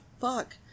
fuck